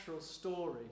story